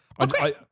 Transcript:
Okay